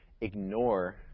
ignore